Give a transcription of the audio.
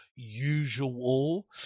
usual